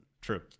True